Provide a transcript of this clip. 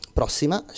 prossima